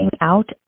out